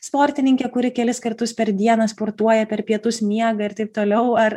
sportininkė kuri kelis kartus per dieną sportuoja per pietus miega ir taip toliau ar